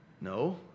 No